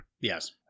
Yes